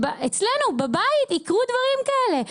אצלנו בבית יקרו דברים כאלה?